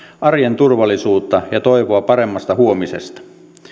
arjen turvallisuutta ja toivoa paremmasta huomisesta